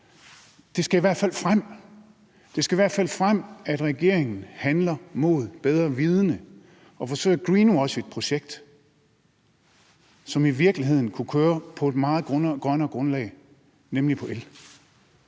Det skal i hvert fald frem, at regeringen handler mod bedre vidende og forsøger at greenwashe et projekt, som i virkeligheden kunne køre på et meget grønnere grundlag, nemlig på el.